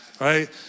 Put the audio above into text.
right